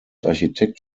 architekt